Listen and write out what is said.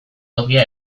tokia